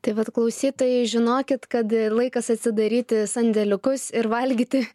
tai vat klausytojai žinokit kad laikas atsidaryti sandėliukus ir valgyti